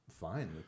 Fine